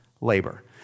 labor